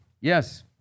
Yes